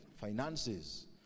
finances